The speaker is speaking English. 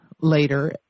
later